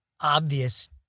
obvious